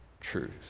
truth